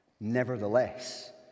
Nevertheless